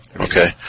Okay